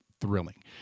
thrilling